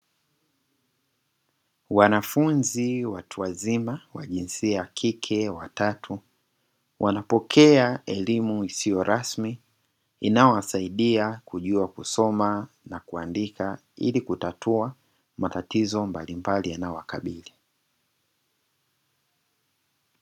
Wanafunzi watu wazima wa jinsia ya kike watatu wanapokea elimu isiyo rasmi, inayowasaidia kujua kusoma na kuandika ili kutatua matatizo mbalimbali yanaowakabili.